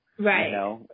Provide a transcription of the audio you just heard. Right